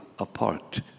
Apart